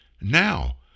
Now